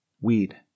Weed